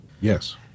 Yes